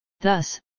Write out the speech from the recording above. Thus